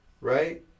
right